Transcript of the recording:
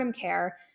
care